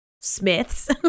smiths